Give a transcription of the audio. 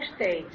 states